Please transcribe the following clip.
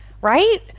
right